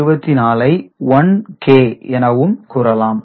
1024 ஐ 1k எனவும் கூறலாம்